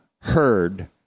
heard